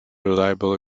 reliable